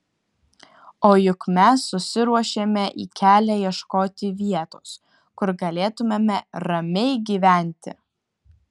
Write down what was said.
o juk mes susiruošėme į kelią ieškoti vietos kur galėtumėme ramiai gyventi